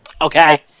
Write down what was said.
Okay